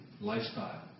lifestyle